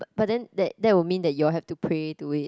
but then that that will mean that you all have to pray to it